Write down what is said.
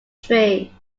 tree